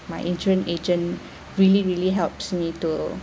my insurance agent really really helps me to